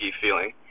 feeling